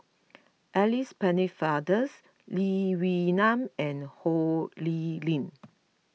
Alice Pennefathers Lee Wee Nam and Ho Lee Ling